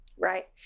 Right